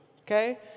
okay